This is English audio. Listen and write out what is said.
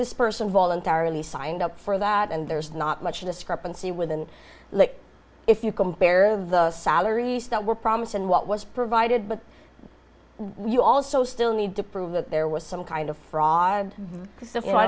this person voluntarily signed up for that and there's not much discrepancy within like if you compare the salaries that were promised and what was provided but you also still need to prove that there was some kind of fraud